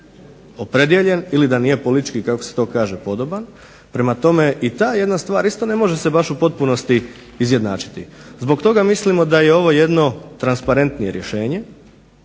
opredijeljen ili da nije kako se to kaže politički podoban. Prema tome i ta jedna stvar isto ne može se baš u potpunosti izjednačiti. Zbog toga mislimo da je ovo jedno transparentnije rješenje